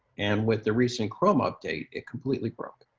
and with the recent chrome update, it completely broke.